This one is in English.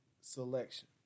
selection